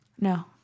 No